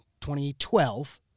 2012